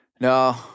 no